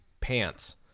pants